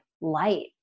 light